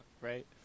Right